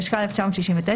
התשכ"א-1969,